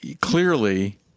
Clearly –